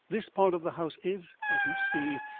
this part of the house is, as you see,